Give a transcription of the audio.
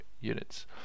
units